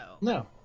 no